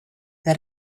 that